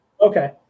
Okay